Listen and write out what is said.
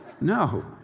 no